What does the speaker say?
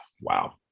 Wow